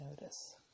notice